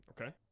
okay